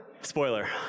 Spoiler